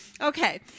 Okay